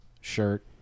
shirt